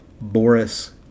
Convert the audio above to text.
Boris